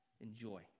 Enjoy